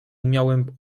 umiałem